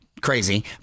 Crazy